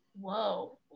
whoa